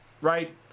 right